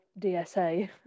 dsa